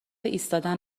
ایستادن